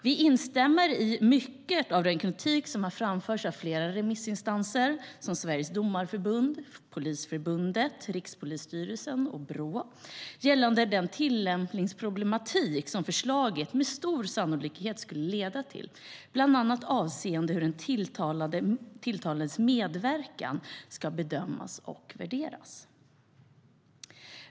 Vi instämmer i mycket av den kritik som har framförts av flera remissinstanser, till exempel Sveriges Domareförbund, Polisförbundet, Rikspolisstyrelsen och Brå, gällande den tillämpningsproblematik som förslaget med stor sannolikhet skulle leda till, bland annat avseende hur den tilltalades medverkan ska bedömas och värderas.